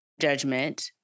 judgment